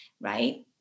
right